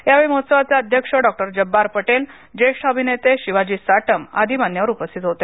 यावेळी महोत्सवाचे अध्यक्ष डॉ जब्बार पटेल ज्येष्ठ अभिनेते शिवाजी साटम आदि मान्यवर उपस्थित होते